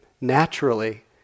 naturally